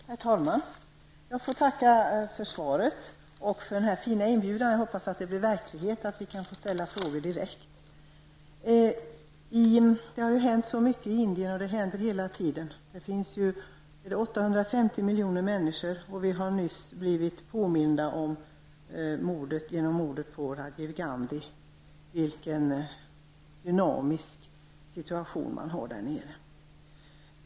Herr talman! Jag får tacka för svaret och den fina inbjudan. Jag hoppas att det blir verklighet att vi kan få ställa frågor direkt till Allan Larsson. Det har hänt så mycket i Indien, och det händer saker hela tiden. Där finns 850 miljoner människor, och vi har nyss blivit påminda om genom mordet på Rajiv Gandhi vilken dynamisk situation som råder i landet.